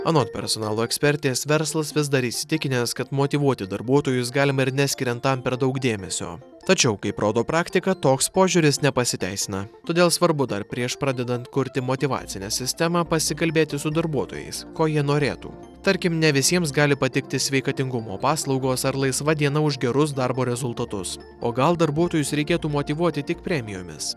anot personalo ekspertės verslas vis dar įsitikinęs kad motyvuoti darbuotojus galima ir neskiriant tam per daug dėmesio tačiau kaip rodo praktika toks požiūris nepasiteisina todėl svarbu dar prieš pradedant kurti motyvacinę sistemą pasikalbėti su darbuotojais ko jie norėtų tarkim ne visiems gali patikti sveikatingumo paslaugos ar laisva diena už gerus darbo rezultatus o gal darbuotojus reikėtų motyvuoti tik premijomis